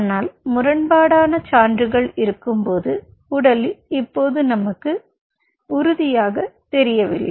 ஆனால் முரண்பாடான சான்றுகள் இருக்கும்போது உடலில் இப்போது நமக்கு உறுதியாகத் தெரியவில்லை